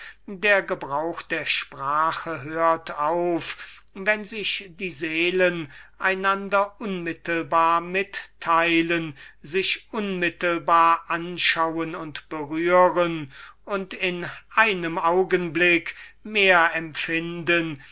der gebrauch der sprache hört auf wenn sich die seelen einander unmittelbar mitteilen sich unmittelbar anschauen und berühren und in einem augenblick mehr empfinden